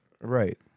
right